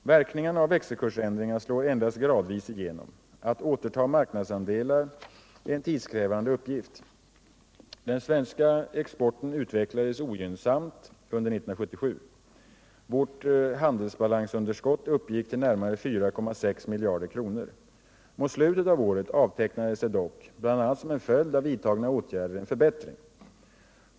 Verkningarna av växelkursändringar slår endast gradvis igenom. Att återta marknadsandelar är en tidskrävande uppgift. Den svenska exporten utvecklades ogynnsamt under 1977. Vårt handelsbalansunderskott uppgick till närmare 4,6 miljarder kronor. Mot slutet av året avtecknade sig dock, bl.a. som en följd av vidtagna åtgärder, en förbättring.